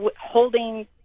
holding